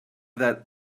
that